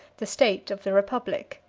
the state of the republic.